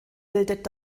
bildet